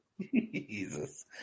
Jesus